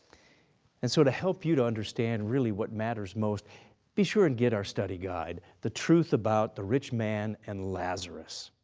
sort of help you to understand really what matters most be sure and get our study guide, the truth about the rich man and lazarus,